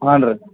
ಹಾಂ ರೀ